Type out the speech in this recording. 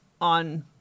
on